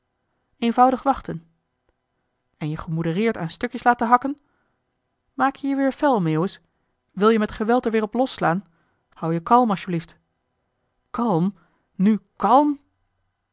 eenvoudig wachten en je gemoedereerd aan stukjes laten hakken maak je je weer fel meeuwis wil-je met geweld er weer op losslaan houd je kalm asjeblieft kalm nu kalm